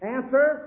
Answer